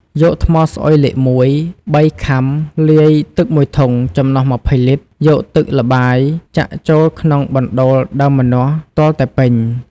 យកថ្មស្អុយលេខ១ ៣ខាំលាយ ទឹក១ធុង ចំណុះ២០លីត្រ យកទឹកល្បាយចាក់ចូលក្នុងបណ្តូលដើមម្ចាស់ទាល់តែពេញ។